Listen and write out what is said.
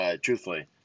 truthfully